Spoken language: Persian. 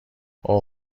اوه